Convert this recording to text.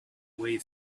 way